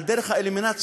על דרך האלימינציה,